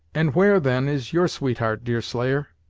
and where, then, is your sweetheart, deerslayer?